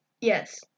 Yes